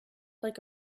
like